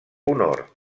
honor